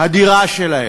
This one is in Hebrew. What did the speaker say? הדירה שלהם.